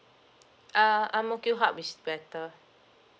uh ang mo kio hub is better